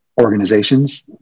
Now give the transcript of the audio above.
organizations